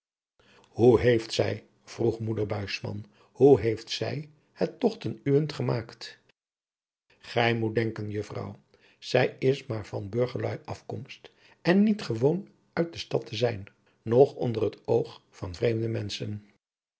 hoe heeft zij vroeg moeder buisman hoe heeft zij het toch ten uwent gemaakt gij moet denken juffrouw zij is maar van burgerluî afkomst en niet gewoon uit de stad te zijn noch onder het oog van vreemde menschen